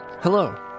Hello